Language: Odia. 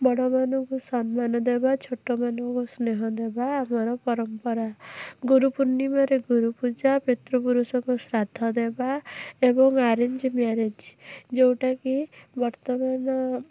ବଡ଼ମାନଙ୍କୁ ସମ୍ମାନ ଦେବା ଛୋଟମାନଙ୍କୁ ସ୍ନେହ ଦେବା ଆମର ପରମ୍ପରା ଗୁରୁପୁର୍ଣ୍ଣିମାରେ ଗୁରୁପୂଜା ପିତୃପୁରୁଷଙ୍କୁ ଶ୍ରାଦ୍ଧ ଦେବା ଏବଂ ଆରେଞ୍ଜ ମ୍ୟାରେଜ୍ ଯେଉଁଟାକି ବର୍ତ୍ତମାନ